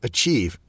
Achieve